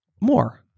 more